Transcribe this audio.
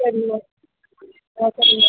சரிங்க சரிங்க